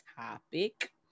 topic